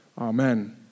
Amen